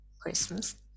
Christmas